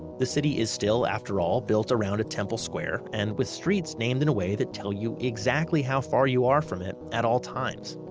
the city is still, after all, built around a temple square, and with streets named in a way that tell you exactly how far you are from it at all times.